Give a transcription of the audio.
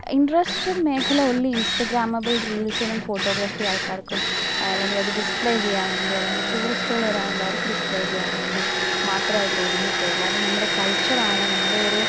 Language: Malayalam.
ഇൻറസ്റ്റഡ് മേഖല ഒൺലി ഇൻസ്റ്റഗ്രാമബൾ റീൽസിനും ഫോട്ടോഗ്രഫി ആൾക്കാർക്കും അല്ലെങ്കിലത് ഡിസ്പ്ലേ ചെയ്യാൻ വേണ്ടി അല്ലെങ്കിൽ ടൂറിസ്റ്റുകൾ വരുവാണെങ്കിൽ അവർക്ക് ഡിസ്പ്ലേ ചെയ്യാൻ വേണ്ടി മാത്രമായിട്ട് ഒതുങ്ങിപ്പോയി അല്ലാതെ നമ്മുടെ കൾച്ചറാണ് നമ്മുടെ ഒരു